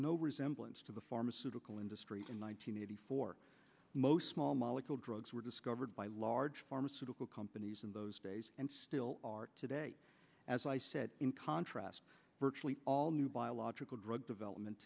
no resemblance to the pharmaceutical industry in one thousand nine hundred for most small molecule drugs were discovered by large pharmaceutical companies in those days and still are today as i said in contrast virtually all new biological drug development